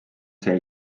see